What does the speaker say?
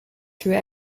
through